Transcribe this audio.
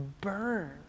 burn